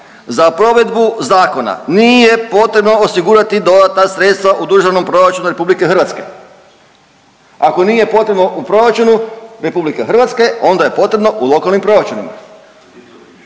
Za provedbu zakona nije potrebno osigurati dodatna sredstva u državnom proračunu RH. Ako nije potrebno u proračunu RH, onda je potrebno u lokalnim proračunima,